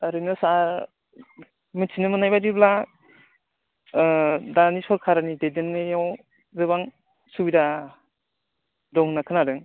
ओरैनो सार मिथिनो मोननाय बायदिब्ला दानि सरखारनि दैदेननायाव गोबां सुबिदा दं होनना खोनादों